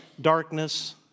darkness